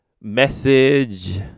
message